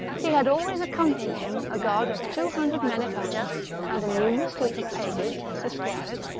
he had, always accompanying him, a guard of two hundred men at arms and a numerous suit of pages, esquires,